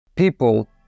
people